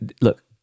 look